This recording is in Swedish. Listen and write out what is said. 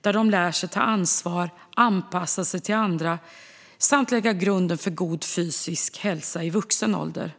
De lär sig att ta ansvar och anpassa sig till andra samt lägger grunden för god fysisk hälsa i vuxen ålder.